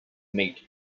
meat